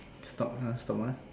stop lah stop us